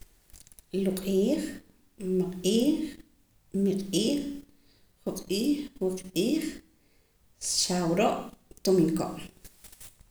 Luq'iij man'iij miq'iij juq'iij wiq'iij xaawro' y tomiinko'